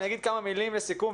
אני אגיד כמה מילים לסיכום,